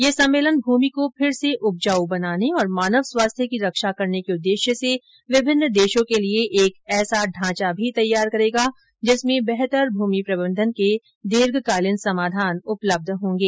यह सम्मेलन भूमि को फिर से उपजाऊ बनाने और मानव स्वास्थ्य की रक्षा करने के उद्देश्य से विभिन्न देशों के लिए एक ऐसा ढांचा भी तैयार करेगा जिसमें बेहतर भूमि प्रबंधन के दीर्घकालीन समाधान उपलब्ध होंगे